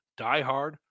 diehard